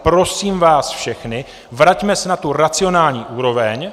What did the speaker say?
Prosím vás všechny, vraťme se na tu racionální úroveň.